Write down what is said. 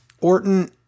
Orton